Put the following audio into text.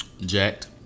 Jacked